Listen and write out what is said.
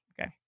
okay